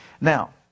Now